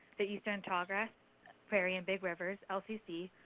the eastern tall grass prairie and big rivers lcc.